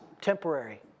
temporary